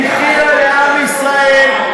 היא הנחילה לעם ישראל,